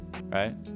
Right